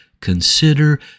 consider